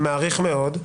מעריך מאוד.